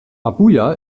abuja